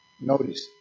Notice